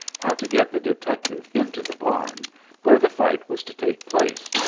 how to get the detective into the barn where the fight was to take place,